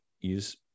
use